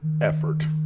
effort